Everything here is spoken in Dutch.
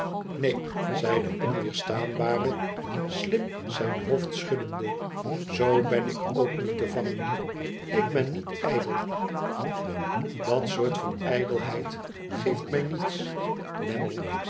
neen zei de onweerstaanbare shm zijn hoofd schuddende zoo ben ik ook niet te vangen ik ben niet ijdel dat soort van ijdelheid geeft mij niets